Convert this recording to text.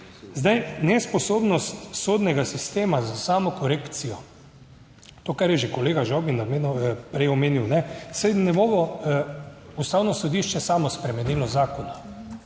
Zdaj, nesposobnost sodnega sistema za samokorekcijo, to kar je že kolega Žavbi prej omenil. Saj ne bo Ustavno sodišče samo spremenilo zakon.